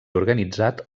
organitzat